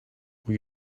will